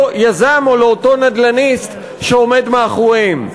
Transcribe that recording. יזם או לאותו נדל"ניסט לשווק את הקרקעות שהוא עומד מאחוריהן.